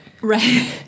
right